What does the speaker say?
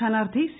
സ്ഥാനാർത്ഥി സി